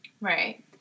right